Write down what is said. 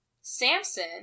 Samson